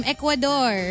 Ecuador